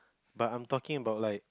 but I'm talking about like